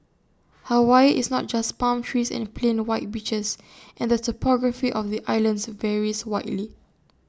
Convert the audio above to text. Hawaii is not just palm trees and plain white beaches and the topography of the islands varies widely